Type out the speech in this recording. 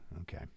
Okay